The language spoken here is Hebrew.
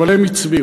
אבל הם הצביעו.